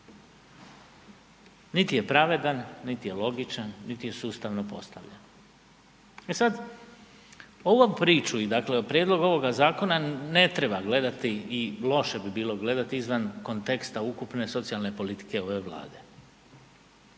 Niti je pravedan, niti je logičan, niti je sustavno postavljen. E sad ovu priču i dakle o prijedlogu ovoga zakona ne treba gledati i loše bi bilo gledati izvan konteksta ukupne socijalne politike ove Vlade.